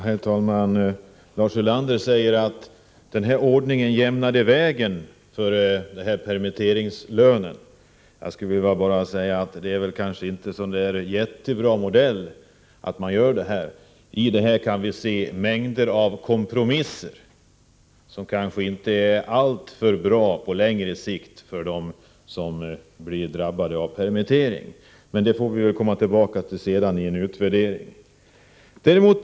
Herr talman! Lars Ulander säger att den här ordningen jämnar vägen för permitteringslönen. Men jag tycker nog inte att den modell man valt i det här fallet var särskilt lyckad. I den ingår mängder av kompromisser, som på längre sikt knappast kan vara bra för dem som drabbas av permitteringar. Vi får komma tillbaka till den frågan efter utvärderingen.